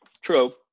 True